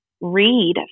read